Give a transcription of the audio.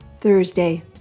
Thursday